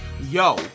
Yo